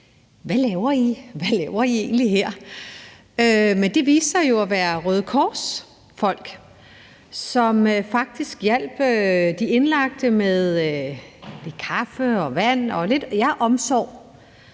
Hvad laver I? Hvad laver I egentlig her? Men det viste sig jo at være Røde Kors-folk, som faktisk hjalp til med de indlagte, ved at de kom med kaffe og vand og gav lidt omsorg.